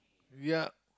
we are